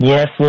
Yes